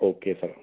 okay sir